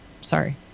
Sorry